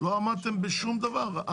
לא עמדתם בשום דבר.